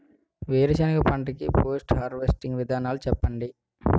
వేరుసెనగ పంట కి పోస్ట్ హార్వెస్టింగ్ విధానాలు చెప్పండీ?